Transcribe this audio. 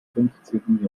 fünfzehnten